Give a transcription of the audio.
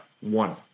one